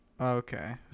Okay